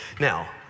Now